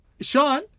Sean